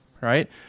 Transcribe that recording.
right